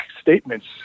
statements